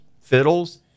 fiddles